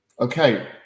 Okay